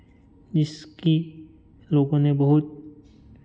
जिसकी लोगों ने बहुत